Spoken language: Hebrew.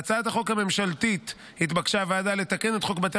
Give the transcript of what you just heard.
בהצעת החוק הממשלתית התבקשה הוועדה לתקן את חוק בתי